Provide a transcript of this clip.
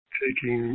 taking